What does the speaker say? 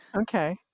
Okay